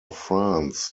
france